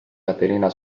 caterina